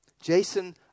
Jason